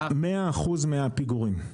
100 אחוזים מהפיגורים.